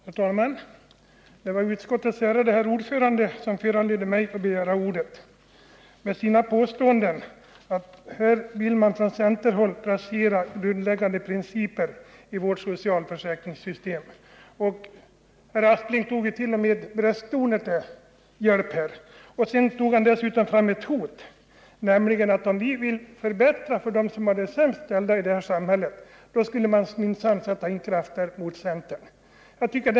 Herr talman! Det var utskottets ärade herr ordförande som föranledde mig att begära ordet med sina påståenden att centern vill rasera grundläggande principer för vårt socialförsäkringssystem. Herr Aspling tog t.o.m. till brösttoner. Dessutom kom han med ett hot, nämligen att om vi vill förbättra situationen för dem som är sämst ställda i det här samhället så skulle man minsann sätta in krafter mot centern.